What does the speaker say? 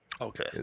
Okay